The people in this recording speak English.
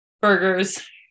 Burgers